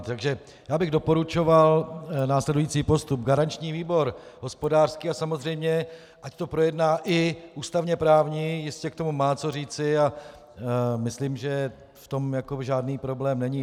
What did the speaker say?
Takže bych doporučoval následující postup: garanční výbor hospodářský a samozřejmě ať to projedná i ústavněprávní, jistě k tomu má co říci a myslím, že v tom žádný problém není.